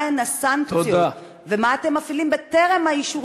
מה הן הסנקציות ומה אתם מפעילים בטרם אישור